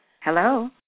Hello